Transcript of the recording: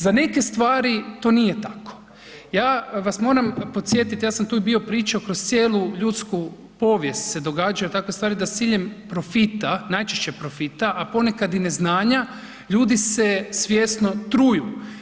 Za neke stvari to nije tako, ja vas moram podsjetiti, ja sam tu bio pričao kroz cijelu ljudsku povijest se događaju takve stvari da s ciljem profita, najčešće profita, a ponekad i neznanja ljudi se svjesno truju.